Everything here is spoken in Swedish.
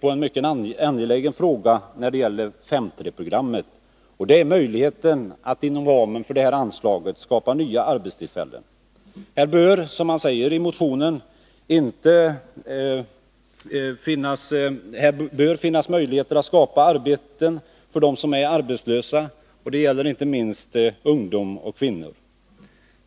på en mycket angelägen fråga när det gäller 5:3-programmet, nämligen möjligheten att inom ramen för detta anslag skapa nya arbetstillfällen. Här bör, som man säger i motionen, finnas möjligheter att skapa arbete för arbetslösa — inte minst ungdom och kvinnor.